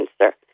cancer